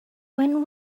when